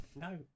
No